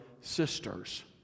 sisters